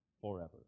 forever